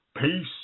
Peace